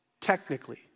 technically